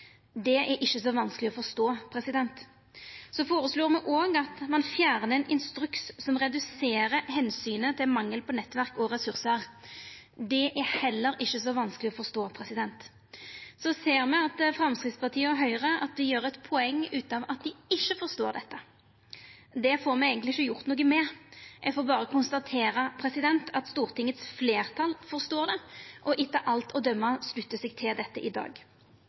Det er ikkje så vanskeleg å forstå. Så føreslår me òg at ein fjernar ein instruks som reduserer omsynet til mangel på nettverk og ressursar. Det er heller ikkje så vanskeleg å forstå. Så ser me at Framstegspartiet og Høgre gjer eit poeng ut av at dei ikkje forstår dette. Det får me eigentleg ikkje gjort noko med. Eg får berre konstatera at Stortingets fleirtal forstår det og etter alt å døma sluttar seg til dette i dag.